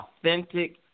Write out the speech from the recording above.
authentic